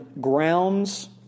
grounds